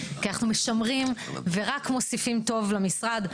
כי אנחנו משמרים ורק מוסיפים טוב למשרד.